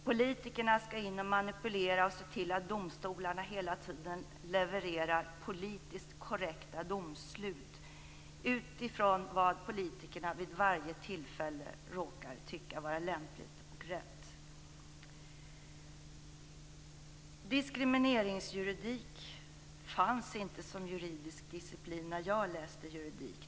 Politikerna skall in och manipulera och se till att domstolarna hela tiden levererar politiskt korrekta domslut, utifrån vad politikerna vid varje tillfälle tycker är lämpligt och rätt. Diskrimineringsjuridik fanns inte som juridisk disciplin när jag läste juridik.